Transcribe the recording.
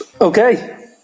Okay